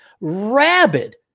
rabid